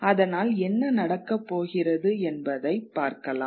அதனால் என்ன நடக்கப் போகிறது என்பதைப் பார்க்கலாம்